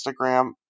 Instagram